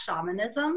shamanism